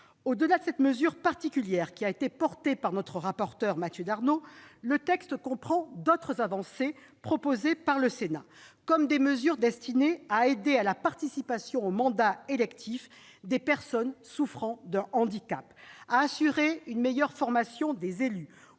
Au-delà de cette mesure particulière, défendue par notre rapporteur Mathieu Darnaud, le texte comprend d'autres avancées proposées par le Sénat, comme des dispositions destinées à favoriser l'accès aux mandats électifs des personnes souffrant d'un handicap, à assurer une meilleure formation des élus